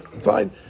Fine